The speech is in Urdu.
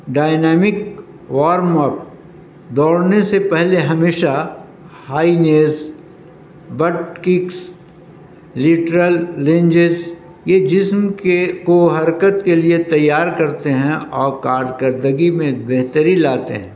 ڈائنیامک وارم اپ دوڑنے سے پہلے ہمیشہ high knees butt kicks lateral lunges یہ جسم کے کو حرکت کے لیے تیار کرتے ہیں اور کارکردگی میں بہتری لاتے ہیں